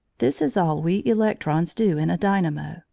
this is all we electrons do in a dynamo,